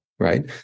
Right